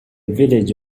village